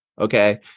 okay